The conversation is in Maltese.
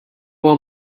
huwa